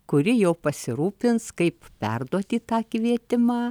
kuri jau pasirūpins kaip perduoti tą kvietimą